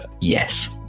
Yes